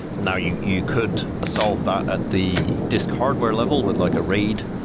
now you you could solve that at the disk hardware level with like a raid